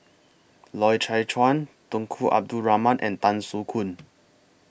Loy Chye Chuan Tunku Abdul Rahman and Tan Soo Khoon